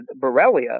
Borrelia